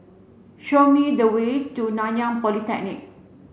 show me the way to Nanyang Polytechnic